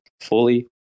fully